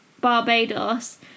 Barbados